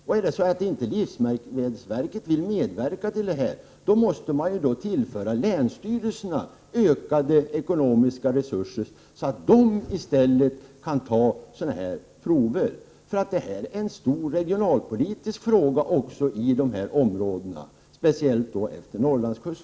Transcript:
Om inte livsmedelsverket vill medverka till detta måste man tillföra länsstyrelserna ökade ekonomiska resurser, så att de i stället kan ta sådana här prover. Detta är också en stor regionalpolitisk fråga i dessa områden, speciellt utefter Norrlandskusten.